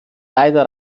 leider